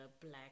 black